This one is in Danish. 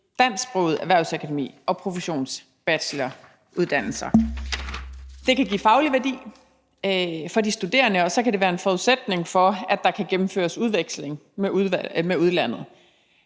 dansksprogede erhvervsakademi- og professionsbacheloruddannelser. Det kan give faglig værdi for de studerende, og så kan det være en forudsætning for, at der kan gennemføres udveksling med udlandet.